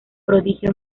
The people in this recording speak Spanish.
prodigio